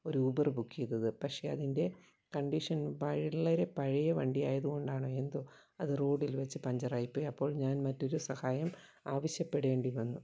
ഒരു Uber book ചെയ്തത് പക്ഷേ അതിൻ്റെ കണ്ടീഷൻ വളരെ പഴയ വണ്ടിയായത് കൊണ്ടാണോ എന്തോ അത് റോഡിൽ വച്ച് പഞ്ചറായിപ്പോയി അപ്പോൾ ഞാൻ മറ്റൊരു സഹായം ആവശ്യപ്പെടേണ്ടി വന്നു